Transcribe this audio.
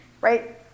right